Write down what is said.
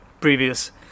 previous